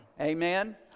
amen